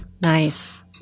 Nice